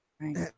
right